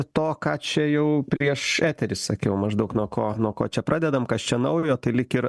to ką čia jau prieš eterį sakiau maždaug nuo ko nuo ko čia pradedam kas čia naujo tai lyg ir